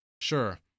sure